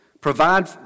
Provide